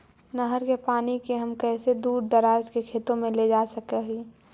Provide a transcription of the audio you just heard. नहर के पानी के हम कैसे दुर दराज के खेतों में ले जा सक हिय?